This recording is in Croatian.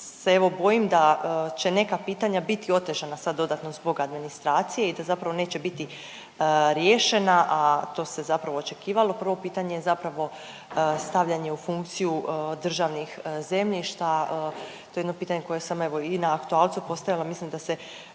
evo bojim da će neka pitanja biti otežana sad dodatno zbog administracije i da zapravo neće biti riješena, a to se zapravo očekivalo, a prvo pitanje je zapravo stavljanje u funkciju državnih zemljišta. To je jedno pitanje koja sam evo i na aktualcu postavila, mislim da se